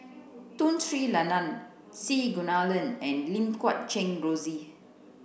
Tun Sri Lanang C Kunalan and Lim Guat Kheng Rosie